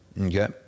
Okay